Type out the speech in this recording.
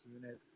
unit